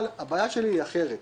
אבל הבעיה שלי אחרת.